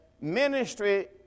ministry